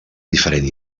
diferent